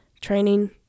training